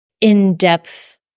in-depth